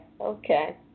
Okay